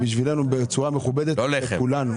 לא לחם.